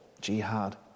jihad